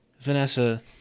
Vanessa